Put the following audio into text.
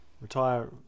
retire